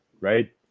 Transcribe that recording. right